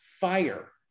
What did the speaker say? fire